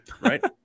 Right